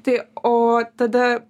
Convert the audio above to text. tai o tada